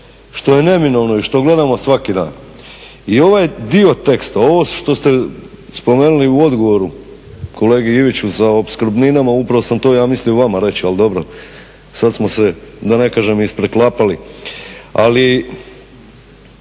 neminovno i što gledamo svaki dan. I ovaj dio teksta, ovo što ste spomenuli u odgovoru kolegi Iviću za opskrbnine, a upravo sam ja to mislio reći, ali dobro sada smo se da ne kažem ispreklapali. Ali